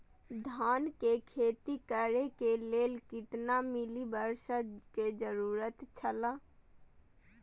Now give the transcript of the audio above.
धान के खेती करे के लेल कितना मिली वर्षा के जरूरत छला?